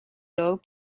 road